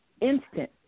instant